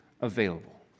available